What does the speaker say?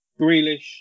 Grealish